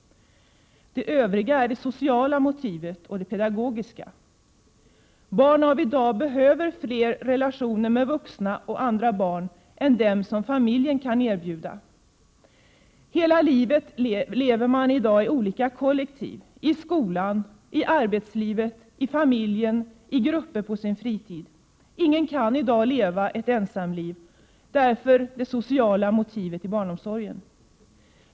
De övriga motiven är det sociala och det pedagogiska. Barn av i dag behöver fler relationer med vuxna och andra barn än dem som familjen kan erbjuda. Hela livet lever man i dag i olika kollektiv: i skolan, i arbetslivet, i familjen, i grupper på sin fritid. Ingen kan i dag leva ett ensamliv — därför det sociala motivet i barnomsorgen.